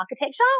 architecture